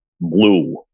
blue